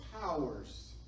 powers